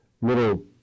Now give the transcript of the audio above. little